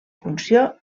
funció